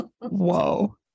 Whoa